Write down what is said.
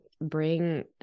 bring